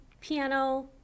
piano